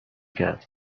کرد